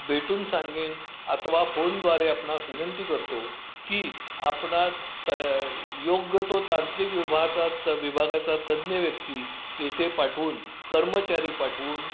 भेटून सांगेन अथवा फोनद्वारे आपणास विनंती करतो की आपणात त योग्य तो तांत्रिक विभागाचा त विभागाचा तज्ज्ञ व्यक्ती येथे पाठवून कर्मचारी पाठवून